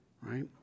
right